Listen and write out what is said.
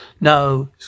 No